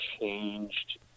changed